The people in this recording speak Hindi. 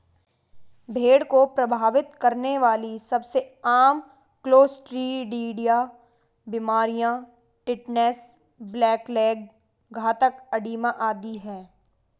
भेड़ को प्रभावित करने वाली सबसे आम क्लोस्ट्रीडिया बीमारियां टिटनेस, ब्लैक लेग, घातक एडिमा आदि है